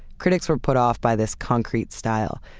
critics were put off by this concrete style.